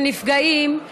של נפגעים,